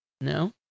No